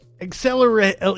accelerate